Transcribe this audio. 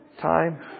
Time